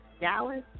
Dallas